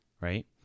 right